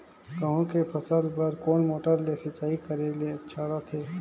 गहूं के फसल बार कोन मोटर ले सिंचाई करे ले अच्छा रथे?